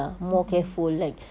mm mm